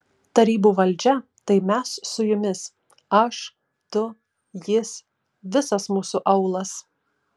tarybų valdžia tai mes su jumis aš tu jis visas mūsų aūlas